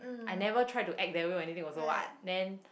I never try to act that way when anything also what then